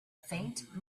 faint